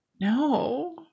no